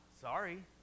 Sorry